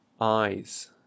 Eyes